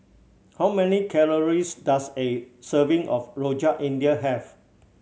how many calories does a serving of Rojak India have